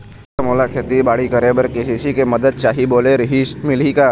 Sir मोला खेतीबाड़ी करेबर के.सी.सी के मंदत चाही बोले रीहिस मिलही का?